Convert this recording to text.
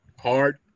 hard